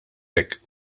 hekk